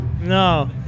No